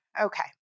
Okay